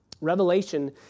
Revelation